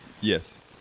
Yes